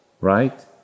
right